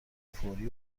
فوری